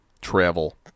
travel